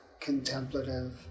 contemplative